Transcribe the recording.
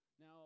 Now